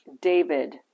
David